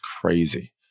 crazy